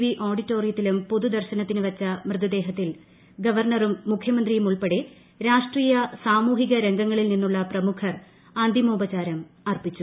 V ഓഡിറ്റോറിയത്തിലും പൊതുദർശനത്തിന് വച്ച ്മൃതദേഹത്തിൽ ഗവർണ്റും മുഖ്യമന്ത്രിയുമുൾപ്പെടെ രാഷ്ട്രീയ സാമൂഹിക രംഗങ്ങളിൽ നിന്നുള്ള പ്രമുഖർ അന്തിമോപചാരം അർപ്പിച്ചു